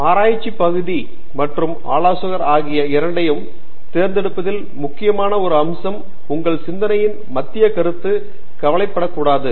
தேஷ்பாண்டே ஆராய்ச்சி பகுதி மற்றும் ஆலோசகர் ஆகிய இரண்டையும் தேர்ந்தெடுப்பதில் முக்கியமான ஒரு அம்சம் உங்கள் சிந்தனையின் மத்திய கருத்து கவலைப்படக்கூடாது